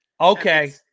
Okay